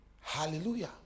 Hallelujah